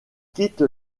quitte